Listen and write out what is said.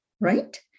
right